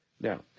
Now